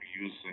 using